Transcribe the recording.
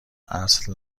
اصل